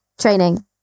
training